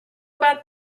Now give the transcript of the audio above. about